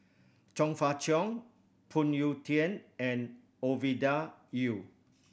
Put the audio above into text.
Chong Fah Cheong Phoon Yew Tien and Ovidia Yu